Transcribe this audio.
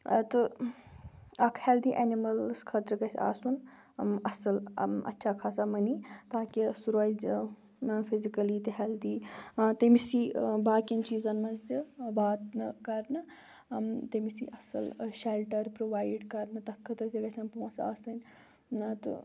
تہٕ اَکھ healthy animals خٲطرٕ گژھِ آسُن اَصٕل اچھا خاصا منی تاکہ سُہ روزِ فِزکٔلی تہِ ہیلدی تیٚمِس یی باقیَن چیٖزَن منٛز تہِ واتنہٕ کَرنہٕ تیٚمِس یی اَصٕل شیٚلٹَر پرٛوٚوایڈ کَرنہٕ تَتھ خٲطرٕ تہِ گژھٮ۪ن پونٛسہٕ آسٕنۍ تہٕ